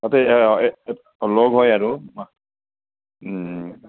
তাতে অঁ লগ হয় আৰু